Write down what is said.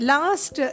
Last